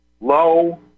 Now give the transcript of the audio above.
low